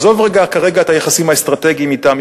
ועזוב כרגע את היחסים האסטרטגיים אתם,